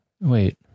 wait